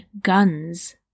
guns